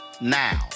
now